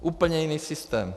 Úplně jiný systém.